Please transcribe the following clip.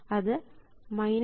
അത് 1k x VTEST ആണ്